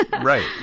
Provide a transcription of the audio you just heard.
Right